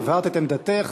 הבהרת את עמדתך,